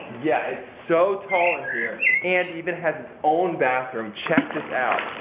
yeah, it's so tall in here and even has its own bathroom. check this out.